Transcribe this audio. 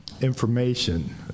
information